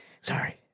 Sorry